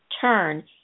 turn